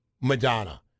Madonna